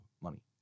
money